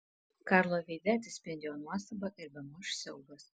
karlo veide atsispindėjo nuostaba ir bemaž siaubas